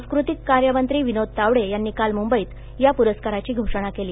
सां कृतिक कायमं ी विनोद तावडे यांनी काल मुंबईत या पुर काराची घोषणा केली